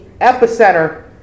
epicenter